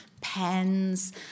pens